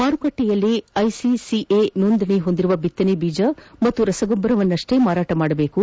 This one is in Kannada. ಮಾರುಕಟ್ನೆಯಲ್ಲಿ ಐಸಿಸಿಎ ನೋಂದಣಿ ಹೊಂದಿರುವ ಬಿತ್ತನೆ ಬೀಜ ಹಾಗೂ ರಸಗೊಬ್ಬರವನ್ನಷ್ಷೇ ಮಾರಾಟ ಮಾಡಬೇಕು